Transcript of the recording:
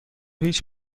هیچ